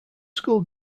school